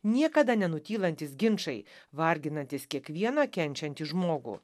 niekada nenutylantys ginčai varginantys kiekvieną kenčiantį žmogų